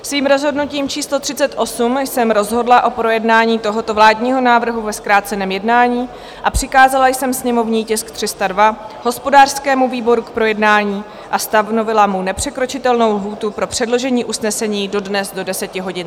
Svým rozhodnutím číslo 38 jsem rozhodla o projednání tohoto vládního návrhu ve zkráceném jednání a přikázala jsem sněmovní tisk 302 hospodářskému výboru k projednání a stanovila mu nepřekročitelnou lhůtu pro předložení usnesení do dnes do 10.30 hodin.